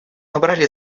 набрали